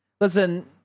Listen